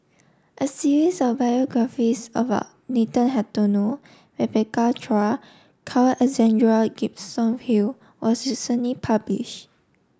a series of biographies about Nathan Hartono Rebecca Chua Carl Alexander Gibson Hill was recently published